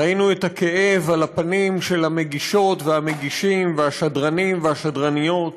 ראינו את הכאב על הפנים של המגישות והמגישים והשדרנים והשדרניות.